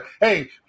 Hey